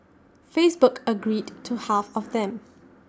Facebook agreed to half of them